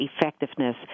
effectiveness